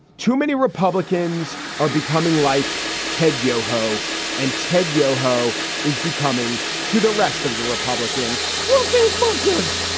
too many republicans are becoming like ted yoho and ted yoho is becoming to the rest of the republican welkin goods.